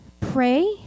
pray